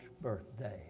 birthday